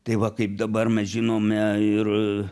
tai va kaip dabar mes žinome ir